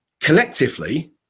Collectively